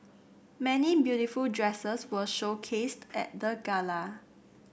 many beautiful dresses were showcased at the gala